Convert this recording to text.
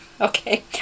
Okay